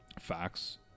facts